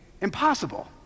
impossible